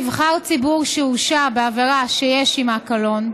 נבחר ציבור שהורשע בעבירה שיש עמה קלון)